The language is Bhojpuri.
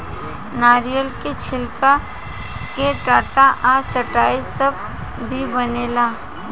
नारियल के छिलका से टाट आ चटाई सब भी बनेला